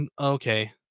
okay